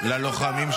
אני מקשיב.